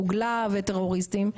מוגלה וטרוריסטים,